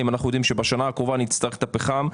אם אנחנו יודעים שבשנה הקרובה נצטרך את הפחם,